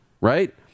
right